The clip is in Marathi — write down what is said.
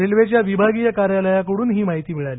रेल्वेच्या विभागीय कार्यालयाकड्रन ही माहिती मिळाली